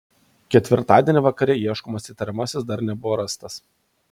ketvirtadienį vakare ieškomas įtariamasis dar nebuvo rastas